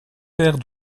père